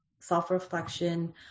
self-reflection